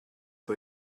pas